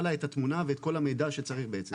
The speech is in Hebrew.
לה את התמונה ואת כל המידע שצריך בעצם.